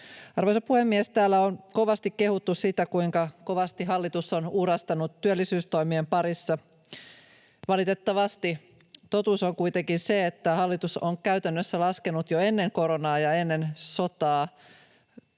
Arvoisa puhemies! Täällä on kovasti kehuttu sitä, kuinka kovasti hallitus on uurastanut työllisyystoimien parissa. Valitettavasti totuus on kuitenkin se, että hallitus on käytännössä laskenut jo ennen koronaa ja ennen sotaa